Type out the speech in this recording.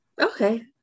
okay